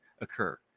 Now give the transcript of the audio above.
occur